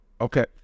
Okay